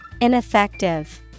Ineffective